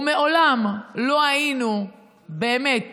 ומעולם לא היינו באמת